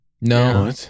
No